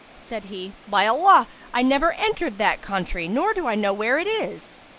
said he, by allah! i never entered that country nor do i know where it is!